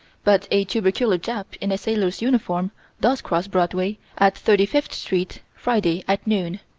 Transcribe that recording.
but a tubercular jap in a sailor's uniform does cross broadway, at thirty fifth street, friday, at noon.